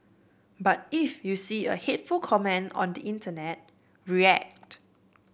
but if you see a hateful comment on the internet react